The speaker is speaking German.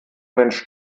mensch